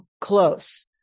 close